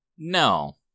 No